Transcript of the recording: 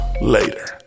later